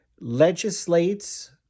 legislates